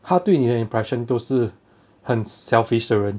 他对你的 impression 都是很 selfish 的人